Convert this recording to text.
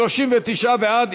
39 בעד.